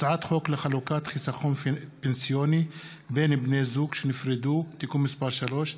הצעת חוק לחלוקת חיסכון פנסיוני בין בני זוג שנפרדו (תיקון מס' 3),